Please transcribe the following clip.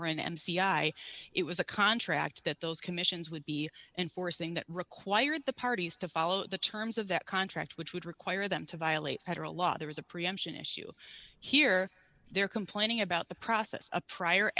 i it was a contract that those commissions would be enforcing that required the parties to follow the terms of that contract which would require them to violate federal law there is a preemption issue here they're complaining about the process a prior